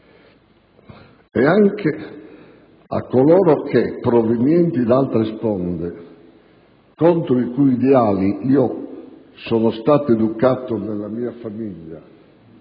e anche a coloro che provenienti da altre sponde, contro i cui ideali io sono stato educato nella mia famiglia